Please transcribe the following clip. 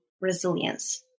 resilience